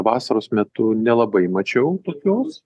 vasaros metu nelabai mačiau tokios